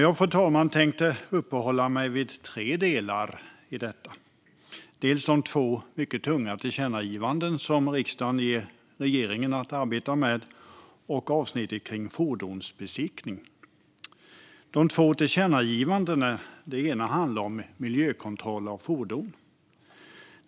Jag tänkte uppehålla mig vid tre delar av betänkandet. Det handlar om de två tunga tillkännagivandena som riksdagen ger regeringen att arbeta med och avsnittet om fordonsbesiktning. Det första tillkännagivandet handlar om miljökontroll av fordon.